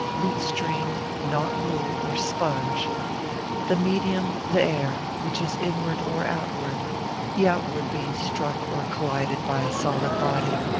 lute-string, not wool, or sponge the medium, the air which is inward, or outward the outward being struck or collided by a solid body,